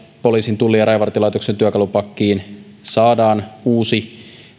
poliisin tullin ja rajavartiolaitoksen työkalupakkiin saadaan uusi